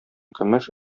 көмеш